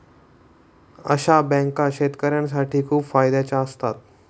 अशा बँका शेतकऱ्यांसाठी खूप फायद्याच्या असतात